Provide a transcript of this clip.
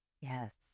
Yes